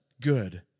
good